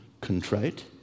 contrite